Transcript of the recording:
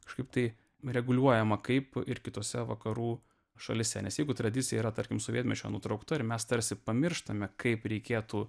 kažkaip tai reguliuojama kaip ir kitose vakarų šalyse nes jeigu tradicija yra tarkim sovietmečio nutraukta ir mes tarsi pamirštame kaip reikėtų